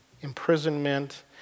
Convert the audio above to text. imprisonment